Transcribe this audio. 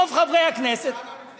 רוב חברי הכנסת, הוא טעה גם לפני.